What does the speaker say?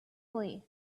flee